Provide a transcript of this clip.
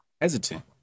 hesitant